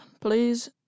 please